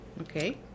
Okay